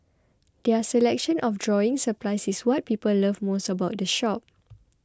their selection of drawing supplies is what people love most about the shop